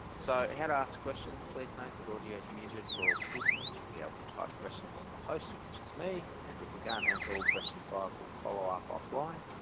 so how to ask questions. please note that audio is muted for all participants. you'll be able to type questions to the host, which is me. and if we can't answer all questions live we'll follow up offline.